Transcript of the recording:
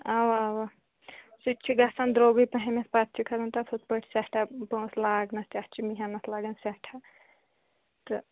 اَوا اَوا سُہ تہِ چھُ گژھان درٛۅگُے پَہم پَتہٕ چھُ کھسان تتھ یِتھٕ پٲٹھۍ سیٚٹھاہ پۅنٛسہٕ لاگنَس تتھ چھِ محنت لَگان سیٚٹھاہ تہٕ